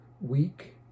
week